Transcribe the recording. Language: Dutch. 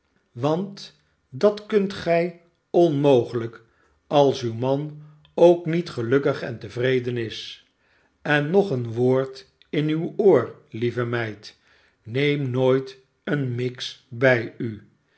want dat kunt gij onmogelijk als uw man ook niet gelukkig en tevreden is en nog een woord in uw oor lieve meid neem nooit een miggs bij u